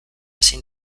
ezin